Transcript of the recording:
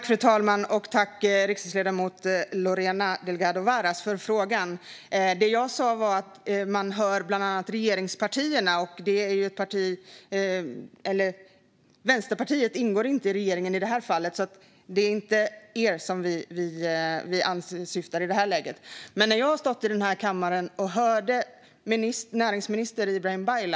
Fru talman! Tack, riksdagsledamot Lorena Delgado Varas, för frågan! Det jag sa var att man bland annat hör sådant från regeringspartierna. Vänsterpartiet ingår inte i regeringen, så det är inte er som vi syftar på i det här läget.